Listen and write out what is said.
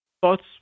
thoughts